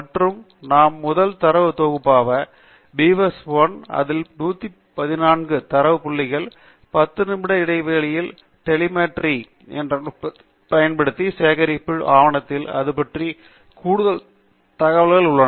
மற்றும் நாம் முதல் தரவு தொகுப்பு பார்க்க beaver1 அதில் 114 தரவு புள்ளிகள் உள்ளன 10 நிமிட இடைவெளியில் டெலிமெட்ரி என்ற நுட்பத்தைப் பயன்படுத்தி சேகரிக்கப்பட்டு ஆவணத்தில் இது பற்றிய கூடுதல் தகவல்கள் உள்ளன